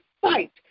fight